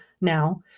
now